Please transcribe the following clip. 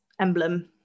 emblem